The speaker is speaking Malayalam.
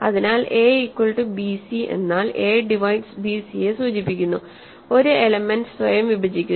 അതിനാൽഎ ഈക്വൽ റ്റു ബിസി എന്നാൽ എ ഡിവൈഡ്സ് ബിസിയെ സൂചിപ്പിക്കുന്നു ഒരു എലെമെൻറ്സ് സ്വയം വിഭജിക്കുന്നു